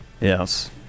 Yes